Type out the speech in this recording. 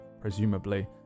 presumably